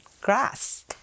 Grass